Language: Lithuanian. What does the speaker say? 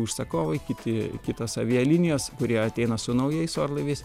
užsakovai kiti kitos avialinijos kurie ateina su naujais orlaiviais